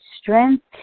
strength